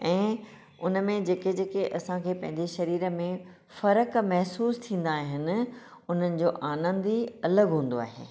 ऐं उन में जेके जेके असां खे पंहिंजे शरीर में फ़र्क़ु महसूस थींदा आहिनि हुन जो आनंद ही अलॻि हूंदो आहे